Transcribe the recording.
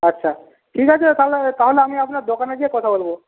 আচ্ছা ঠিক আছে তাহলে তাহলে আমি আপনার দোকানে গিয়ে কথা বলব